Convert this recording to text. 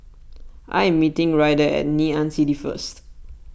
I am meeting Ryder at Ngee Ann City first